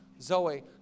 Zoe